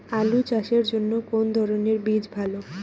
আলু চাষের জন্য কোন ধরণের বীজ ভালো?